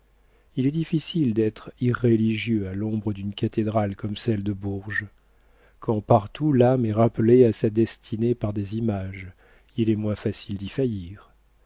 il est difficile d'être irréligieux à l'ombre d'une cathédrale comme celle de bourges quand partout l'âme est rappelée à sa destinée par des images il est moins facile d'y faillir